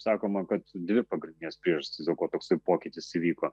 sakoma kad dvi pagrindinės priežastys dėl ko toksai pokytis įvyko